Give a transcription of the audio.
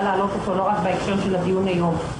להעלות אותו לא רק בהקשר של הדיון היום.